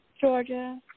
Georgia